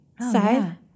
Side